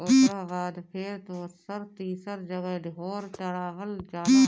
ओकरा बाद फेर दोसर तीसर जगह ढोर चरावल जाला